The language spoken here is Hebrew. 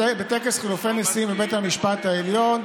בטקס חילופי נשיאים בבית המשפט העליון,